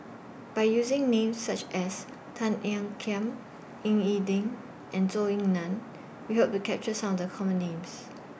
By using Names such as Tan Ean Kiam Ying E Ding and Zhou Ying NAN We Hope to capture Some of The Common Names